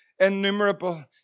innumerable